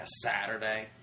Saturday